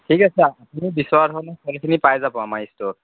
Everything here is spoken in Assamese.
ঠিক আছে আপুনি বিচৰা ধৰণে ফলখিনি পাই যাব আমাৰ ষ্টৰত